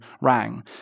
rang